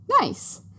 Nice